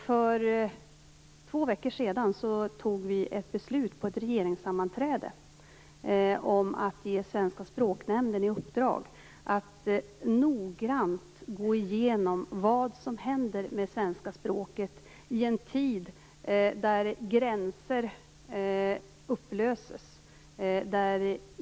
För två veckor sedan fattade vi ett beslut på ett regeringssammanträde om att ge Svenska språknämnden i uppdrag att noggrant gå igenom vad som händer med svenska språket i en tid då gränser upplöses.